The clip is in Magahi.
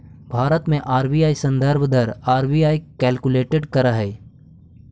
भारत में आर.बी.आई संदर्भ दर आर.बी.आई कैलकुलेट करऽ हइ